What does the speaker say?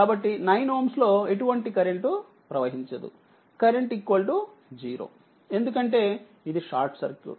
కాబట్టి 9Ω లో ఎటువంటి కరెంట్ ప్రవహించదు కరెంట్0 ఎందుకంటే ఇది షార్ట్ సర్క్యూట్